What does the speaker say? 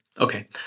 Okay